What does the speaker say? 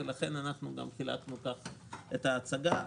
לכן גם חילקנו כך את ההצגה.